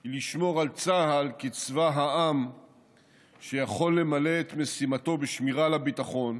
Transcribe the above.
היא לשמור על צה"ל כצבא העם שיכול למלא את משימתו בשמירה על הביטחון,